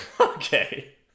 Okay